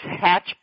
hatch